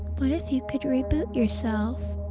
but if you could reboot yourself,